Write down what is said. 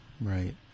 Right